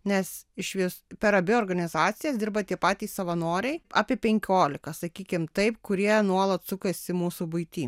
nes iš vis per abi organizacijas dirba tie patys savanoriai apie penkiolika sakykim taip kurie nuolat sukasi mūsų buity